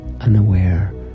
unaware